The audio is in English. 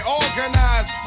organized